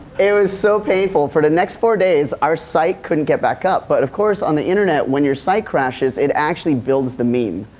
it was so painful for the next four days our site couldnit get back up. but, of course, on the internet when your site crashes it actually builds the meme.